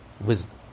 wisdom